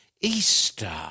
Easter